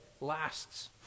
lasts